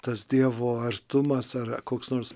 tas dievo artumas ar ar koks nors